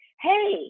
hey